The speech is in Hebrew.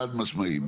חד משמעית.